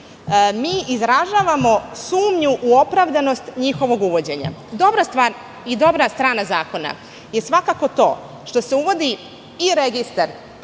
mi izražavamo sumnju u opravdanost njihovog uvođenja. Dobra stvar i dobra strana zakona je svakako to što se uvodi i registar